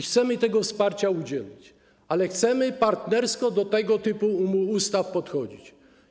Chcemy tego wsparcia udzielić, ale chcemy w sposób partnerski do tego typu ustaw podchodzić.